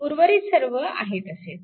उर्वरित सर्व आहे तसेच